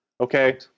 Okay